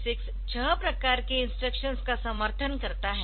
8086 छह प्रकार के इंस्ट्रक्शंस का समर्थन करता है